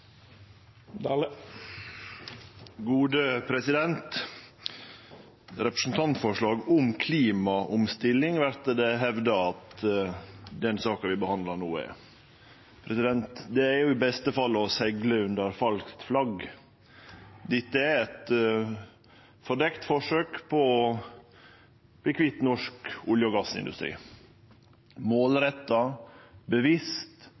Representantforslag om klimaomstilling vert det hevda at den saka vi behandlar no, er. Det er i beste fall å segle under falskt flagg. Dette er eit fordekt forsøk på å verte kvitt norsk olje- og gassindustri